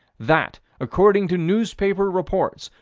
that, according to newspaper reports,